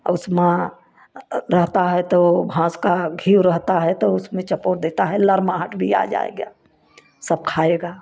और उसमा रहता है तो भाँस का घी रहता है तो उसमें चपोड़ देता है लरमाहट भी आ जाएगा सब खाएगा